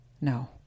no